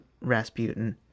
Rasputin